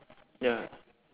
ya